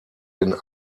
den